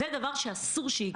זה דבר שאסור שיקרה.